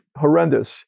horrendous